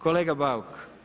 Kolega Bauk.